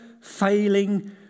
failing